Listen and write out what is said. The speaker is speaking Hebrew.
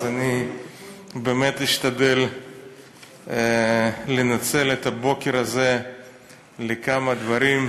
אז אני באמת אשתדל לנצל את הבוקר הזה לכמה דברים.